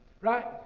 Right